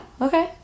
Okay